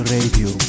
Radio